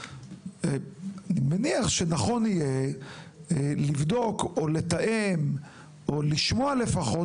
אני מניח שנכון יהיה לבדוק או לתאם או לשמוע לפחות